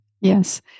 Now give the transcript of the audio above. Yes